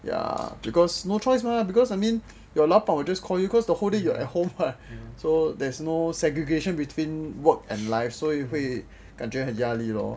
ya because no choice mah because I mean your 老板 will just call you cause the whole day you are at home [what] so there's no segregation between work and life 所以会感觉很压力 lor